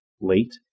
late